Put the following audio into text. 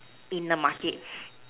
in the Market